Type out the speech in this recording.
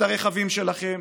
את הרכבים שלכם,